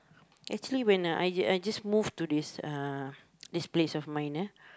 actually when I just I just move to this place of mine ah